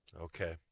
Okay